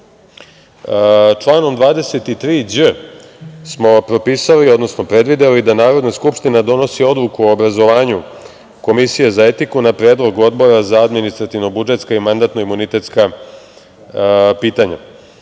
odnosno predvideli da Narodna skupština donosi odluku o obrazovanju komisije za etiku na predlog Odbora za administrativno-budžetska i mandatno-imunitetska pitanja. Članom